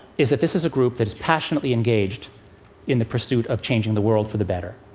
is that this is a group that is passionately engaged in the pursuit of changing the world for the better.